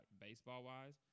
baseball-wise